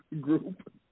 group